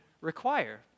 require